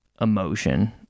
emotion